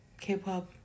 K-pop